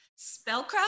Spellcraft